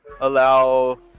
allow